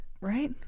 Right